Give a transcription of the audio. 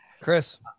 Chris